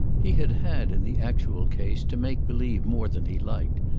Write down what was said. he had had in the actual case to make-believe more than he liked,